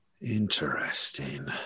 Interesting